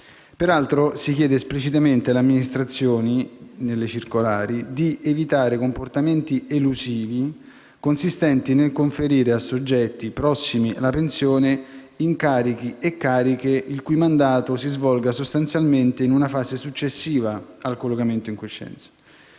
circolari si chiede esplicitamente alle amministrazioni di evitare comportamenti elusivi consistenti nel conferire a soggetti prossimi alla pensione incarichi e cariche il cui mandato si svolga sostanzialmente in una fase successiva al collocamento in quiescenza.